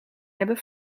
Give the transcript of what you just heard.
hebben